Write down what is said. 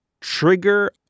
trigger